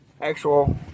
actual